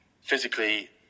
physically